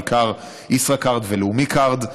בעיקר ישראכרט ולאומי קארד,